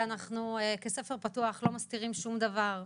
אנחנו כספר פתוח, לא מסתירים שום דבר.